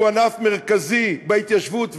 שהוא ענף מרכזי בהתיישבות,